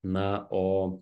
na o